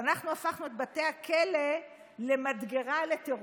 שאנחנו הפכנו את בתי הכלא למדגרה לטרור.